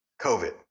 COVID